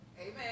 Amen